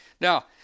Now